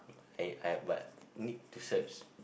I I but need to search